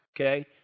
okay